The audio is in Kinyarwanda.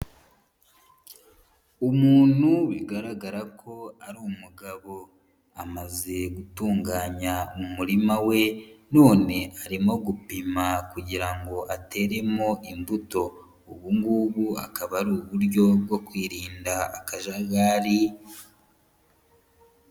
Umuntu bigaragara ko ari umugabo, amaze gutunganya umurima we none arimo gupima kugira ngo ateremo imbuto, ubu ngubu akaba ari uburyo bwo kwirinda akajagari.